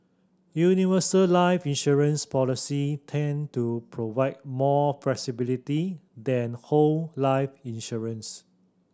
universal life insurance policy tend to provide more flexibility than whole life insurance